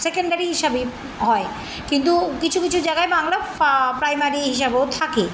secondary হিসাবেই হয় কিন্তু কিছু কিছু জায়গায় বা আমরা প্রাইমারি হিসাবেও থাকি